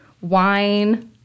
wine